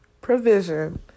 provision